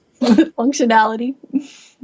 functionality